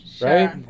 right